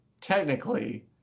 technically